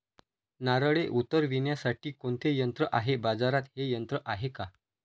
नारळे उतरविण्यासाठी कोणते यंत्र आहे? बाजारात हे यंत्र आहे का?